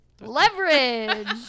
Leverage